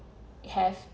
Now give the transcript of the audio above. have